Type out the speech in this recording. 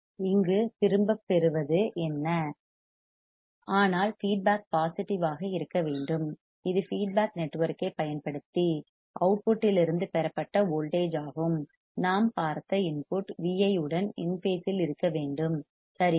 எனவே இங்கு திரும்பப் பெறுவது ரிட்டன் என்ன ஆனால் ஃபீட்பேக் பாசிட்டிவ் ஆக இருக்க வேண்டும் இது ஃபீட்பேக் நெட்வொர்க்கைப் பயன்படுத்தி அவுட்புட் வெளியீட்டிலிருந்து பெறப்பட்ட வோல்டேஜ் ஆகும் நாம் பார்த்த இன்புட் Vi உடன் இன் பேசில் இருக்க வேண்டும் சரியா